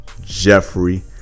Jeffrey